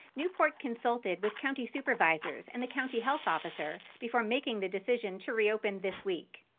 newport consulted with county supervisors and the county health officer before making the decision to reopen this week.